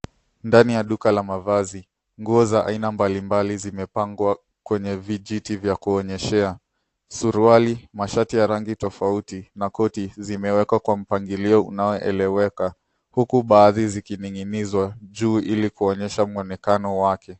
Ndani ya duka la mavazi nguo za aina mbali mbali zimepangwa kwenye vijiti vya kuonyeshea suruali, mashati ya rangi tofauti na koti zimewekwa kwa mpangilio unao eleweka huku baadhi zikining'inizwa juu ili kuonyesha mwonekano wake.